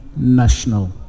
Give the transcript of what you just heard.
national